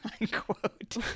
unquote